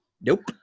Nope